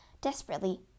Desperately